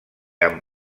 amb